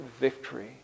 victory